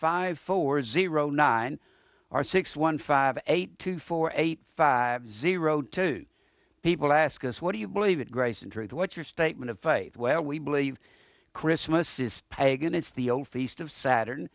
five forward zero nine r six one five eight two four eight five zero two people ask us what do you believe that grace and truth what your statement of faith well we believe christmas is pagan it's the old feast of saturn